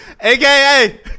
aka